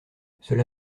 cela